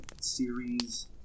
series